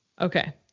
Okay